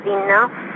enough